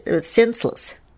senseless